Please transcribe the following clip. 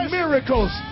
miracles